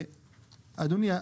אדוני,